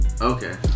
okay